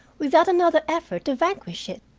without another effort to vanquish it?